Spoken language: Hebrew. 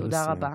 תודה רבה.